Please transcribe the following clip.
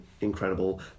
incredible